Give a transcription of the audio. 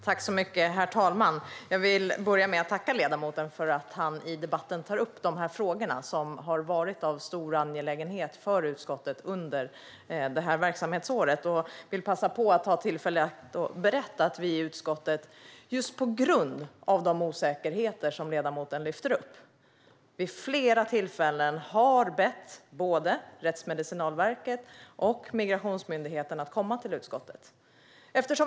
Herr talman! Jag vill börja med att tacka ledamoten för att han i debatten tar upp dessa frågor, som har varit angelägna för utskottet under verksamhetsåret. Jag vill ta tillfället i akt och berätta att vi i utskottet just på grund av de osäkerheter som ledamoten lyfter upp vid flera tillfällen har bett både Rättsmedicinalverket och Migrationsverket att komma till utskottet.